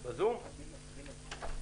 יש גם מצגת אבל